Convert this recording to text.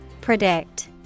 Predict